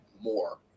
more